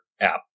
app